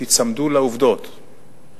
תיצמדו לעובדות בדברי ההסבר.